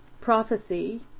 prophecy